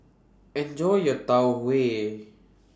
Enjoy your Tau Huay